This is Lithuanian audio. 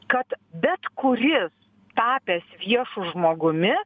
kad bet kuris tapęs viešu žmogumi